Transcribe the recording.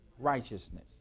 Righteousness